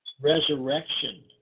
resurrection